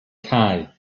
cae